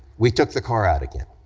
we took the car out again.